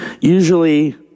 Usually